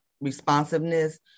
responsiveness